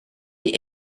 the